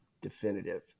Definitive